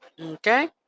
Okay